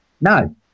No